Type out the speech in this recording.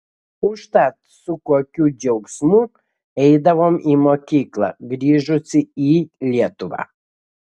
užtat su kokiu džiaugsmu eidavau į mokyklą grįžusi į lietuvą